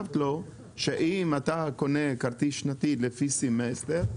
שאם אתה קונה כרטיס שנתי לפי סמסטר,